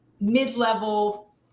mid-level